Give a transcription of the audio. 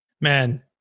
Man